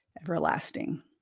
everlasting